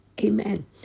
Amen